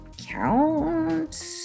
count